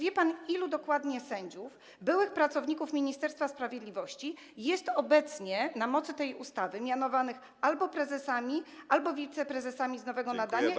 ilu dokładnie sędziów, byłych pracowników Ministerstwa Sprawiedliwości, jest obecnie na mocy tej ustawy mianowanych albo prezesami, albo wiceprezesami z nowego nadania?